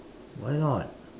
why not